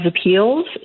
appeals